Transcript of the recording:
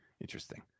Interesting